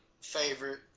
favorite